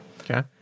Okay